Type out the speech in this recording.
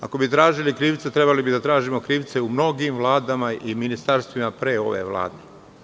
Ako bi tražili krivca trebali bi da tražimo krivce u mnogim vladama i ministarstvima pre ove vlade.